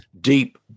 deep